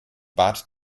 bat